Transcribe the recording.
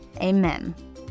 amen